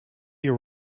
your